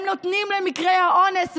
הם נותנים למקרי האונס,